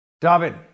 David